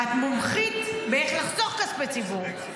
ואת מומחית באיך לחסוך כספי ציבור,